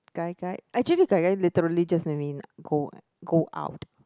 gai gai actually gai gai literally just mean go go out